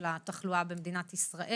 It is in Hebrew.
של התחלואה בקורונה במדינת ישראל.